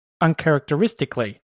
uncharacteristically